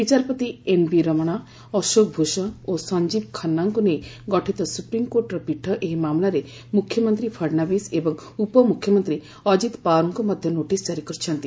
ବିଚାରପତି ଏନ୍ବି ରମଣା ଅଶୋକ ଭୂଷଣ ଓ ସଂଜୀବ ଖନ୍ନାଙ୍କୁ ନେଇ ଗଠିତ ସୁପ୍ରିମକୋର୍ଟର ପୀଠ ଏହି ମାମଲାରେ ମୁଖ୍ୟମନ୍ତ୍ରୀ ଫଡନାବିସ ଏବଂ ଉପମୁଖ୍ୟମନ୍ତ୍ରୀ ଅଜିତ ପୱାରଙ୍କୁ ମଧ୍ୟ ନୋଟିସ୍ ଜାରି କରିଛନ୍ତି